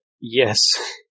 yes